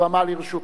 הבמה לרשותך.